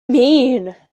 mean